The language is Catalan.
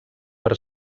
per